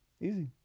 Easy